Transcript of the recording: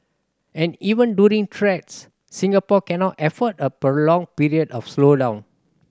and even during threats Singapore cannot afford a prolonged period of slowdown